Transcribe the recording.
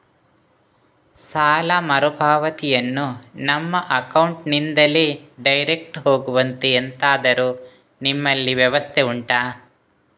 ಸಾಲ ಮರುಪಾವತಿಯನ್ನು ನಮ್ಮ ಅಕೌಂಟ್ ನಿಂದಲೇ ಡೈರೆಕ್ಟ್ ಹೋಗುವಂತೆ ಎಂತಾದರು ನಿಮ್ಮಲ್ಲಿ ವ್ಯವಸ್ಥೆ ಉಂಟಾ